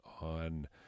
on